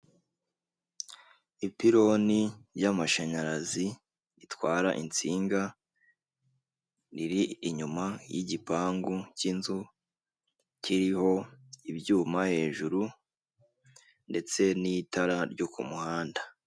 Ipironi y'amashanyarazi itwara insinga riri inyuma y'igipangu cy'inzu, kiriho ibyuma hejuru ndetse n'itara ryo ku muhanda.